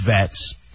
vets